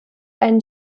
ein